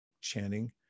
chanting